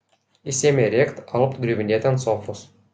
ji ėmė rėkt alpt griuvinėti ant sofos